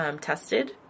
tested